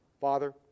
father